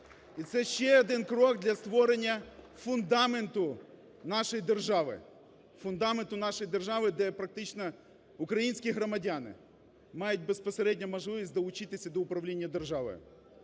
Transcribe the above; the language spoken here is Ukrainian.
фундаменту нашої держави, фундаменту нашої держави, де практично українські громадяни мають безпосередньо можливість долучити до управління державою.